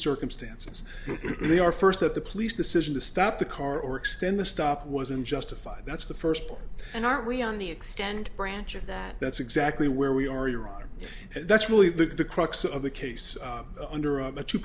circumstances and they are first at the police decision to stop the car or extend the stop wasn't justified that's the first part and are we on the extend branch of that that's exactly where we are iraq and that's really the the crux of the case under